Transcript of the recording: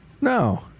No